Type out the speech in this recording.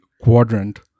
quadrant